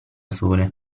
sole